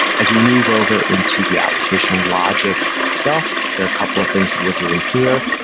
as we move over into the application logic itself, there are a couple of things that we're doing here.